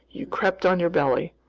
you crept on your belly.